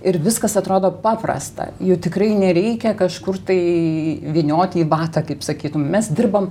ir viskas atrodo paprasta jų tikrai nereikia kažkur tai vynioti į batą kaip sakytum mes dirbam